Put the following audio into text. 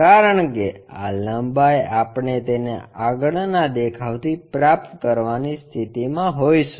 કારણ કે આ લંબાઈ આપણે તેને આગળના દેખાવથી પ્રાપ્ત કરવાની સ્થિતિમાં હોઈશું